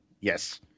Yes